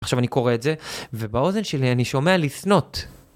עכשיו אני קורא את זה, ובאוזן שלי אני שומע לשׂנות.